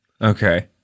Okay